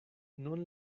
nun